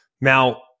Now